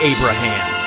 Abraham